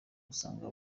usanga